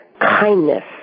kindness